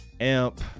amp